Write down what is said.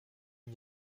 n’y